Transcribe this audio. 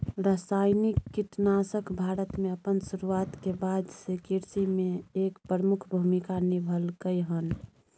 रासायनिक कीटनाशक भारत में अपन शुरुआत के बाद से कृषि में एक प्रमुख भूमिका निभलकय हन